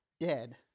dead